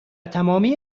تمامی